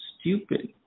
stupid